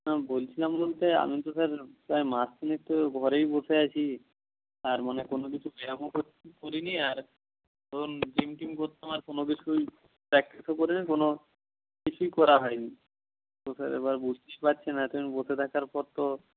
না বলছিলাম বলতে আমি তো স্যার প্রায় মাস তিনেক তো ঘরেই বসে আছি আর মানে কোনো কিছু ব্যায়ামও করিনি আর ধরুন জিম টিম করতাম আর কোনো কিছুই প্র্যাকটিসও করিনি কোনো কিছুই করা হয়নি তো স্যার এবার বুঝতেই পারছেন এতদিন বসে থাকার পর তো